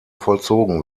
vollzogen